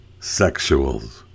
sexuals